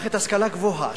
גם מערכת ההשכלה הגבוהה,